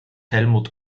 helmut